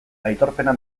aitorpena